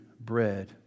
bread